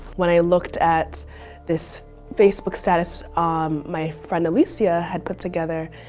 when i looked at this facebook status um my friend alysia had put together,